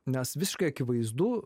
nes visiškai akivaizdu